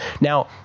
Now